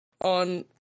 on